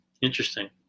Interesting